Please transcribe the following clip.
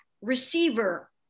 receiver